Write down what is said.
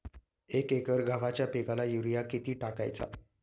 एक एकर गव्हाच्या पिकाला युरिया किती टाकायचा?